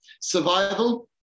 Survival